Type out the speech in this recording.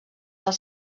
del